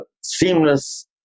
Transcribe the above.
seamless